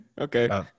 Okay